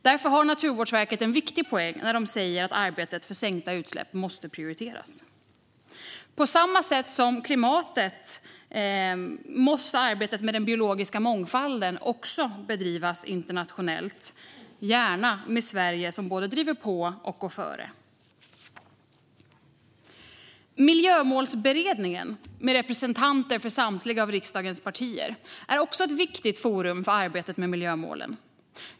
Därför har Naturvårdsverket en viktig poäng när man säger att arbetet för sänkta utsläpp måste prioriteras. På samma sätt måste arbetet med biologisk mångfald också bedrivas internationellt, gärna med Sverige som både pådrivare och föregångare. Miljömålsberedningen, med representanter för riksdagens samtliga partier, är också ett viktigt forum för arbetet med miljömålen.